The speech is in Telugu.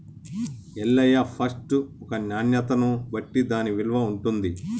ఎల్లయ్య ఫస్ట్ ఒక నాణ్యతను బట్టి దాన్న విలువ ఉంటుంది